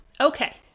Okay